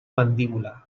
mandíbula